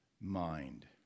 mind